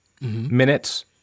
minutes